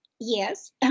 Yes